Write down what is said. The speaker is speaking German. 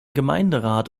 gemeinderat